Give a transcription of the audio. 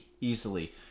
easily